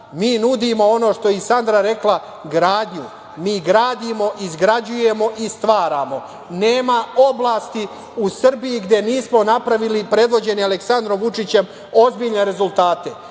mi nudimo ono što je i Sandra rekla, gradnju, mi gradimo, izgrađujemo i stvaramo. Nema oblasti u Srbiji gde nismo napravili prevođeni Aleksandrom Vučićem ozbiljne rezultate.